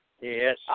Yes